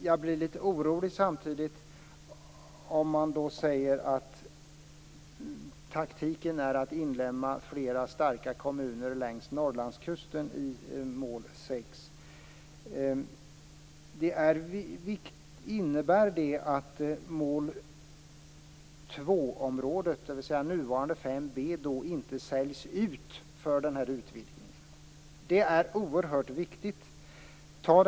Jag blir samtidigt lite orolig när man säger att taktiken är att inlemma flera starka kommuner längs området, dvs. nuvarande 5 b, inte säljs ut för att man skall kunna göra utvidgningen? Det är oerhört viktigt.